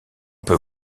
peut